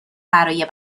برای